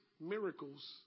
miracles